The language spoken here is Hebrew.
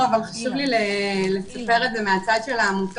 אבל חשוב לי לספק את זה מהצד של העמותות